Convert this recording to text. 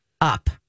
up